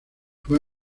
fue